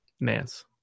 Nance